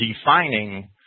defining